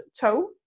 toe